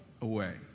away